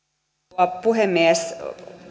rouva puhemies